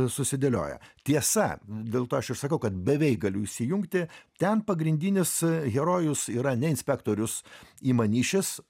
susidėlioja tiesa dėl to aš ir sakau kad beveik galiu įsijungti ten pagrindinis herojus yra ne inspektorius imanišis